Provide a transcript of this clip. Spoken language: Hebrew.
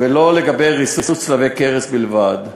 ולא לגבי ריסוס צלבי קרס בלבד.